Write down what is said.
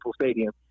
Stadium